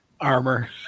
Armor